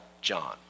John